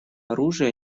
оружия